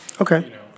Okay